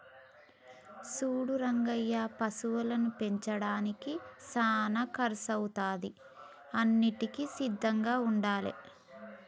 సూడు రంగయ్య పశువులను పెంచడానికి సానా కర్సు అవుతాది అన్నింటికీ సిద్ధంగా ఉండాలే